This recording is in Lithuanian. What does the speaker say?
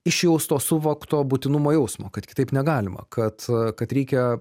išjausto suvokto būtinumo jausmo kad kitaip negalima kad kad reikia